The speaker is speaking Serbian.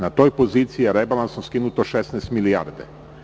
Na toj poziciji je rebalansom skinuto 16 milijardi.